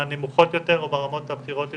הנמוכות יותר או ברמות הבכירות יותר.